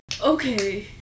okay